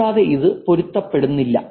കൂടാതെ ഇത് പൊരുത്തപ്പെടുന്നില്ല